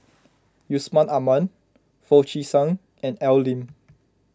Yusman Aman Foo Chee San and Al Lim